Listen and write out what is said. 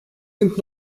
sind